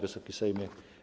Wysoki Sejmie!